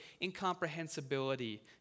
incomprehensibility